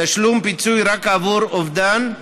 תשלום פיצוי רק עבור אובדן,